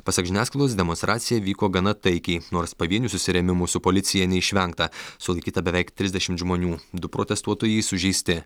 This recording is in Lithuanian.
pasak žiniasklaidos demonstracija vyko gana taikiai nors pavienių susirėmimų su policija neišvengta sulaikyta beveik trisdešimt žmonių du protestuotojai sužeisti